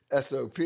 SOP